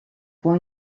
può